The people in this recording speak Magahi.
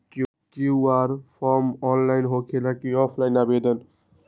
कियु.आर फॉर्म ऑनलाइन होकेला कि ऑफ़ लाइन आवेदन?